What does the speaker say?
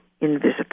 invisible